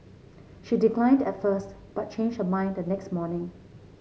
she declined at first but changed her mind the next morning